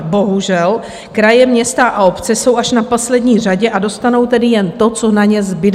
Bohužel kraje, města a obce jsou až poslední v řadě, a dostanou tedy jen to, co na ně zbyde.